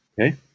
Okay